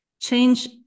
change